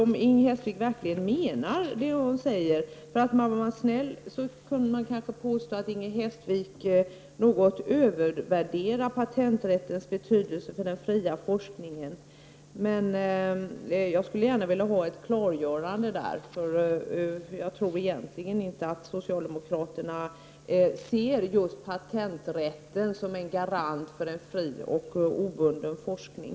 Om man vore snäll kunde man kanske påstå att Inger Hestvik något övervärderar patenträttens betydelse för den fria forskningen. Jag skulle vilja ha ett klargörande på den punkten. Jag tror egentligen inte att socialdemokraterna ser patenträtten som en garanti för en fri och obunden forskning.